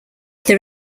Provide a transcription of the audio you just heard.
there